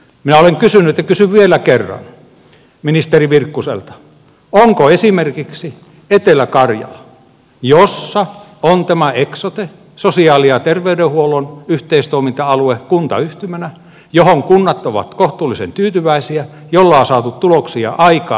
minä olen kysynyt ja kysyn vielä kerran ministeri virkkuselta esimerkiksi etelä karjalasta jossa on tämä eksote sosiaali ja terveydenhuollon yhteistoiminta alue kuntayhtymänä johon kunnat ovat kohtuullisen tyytyväisiä jolla on saatu tuloksia aikaan